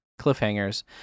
cliffhangers